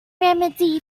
remedy